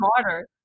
smarter